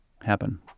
happen